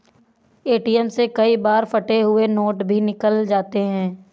ATM से कई बार फटे हुए नोट भी निकल जाते हैं